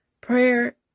Prayer